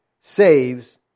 saves